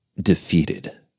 defeated